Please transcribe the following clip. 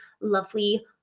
lovely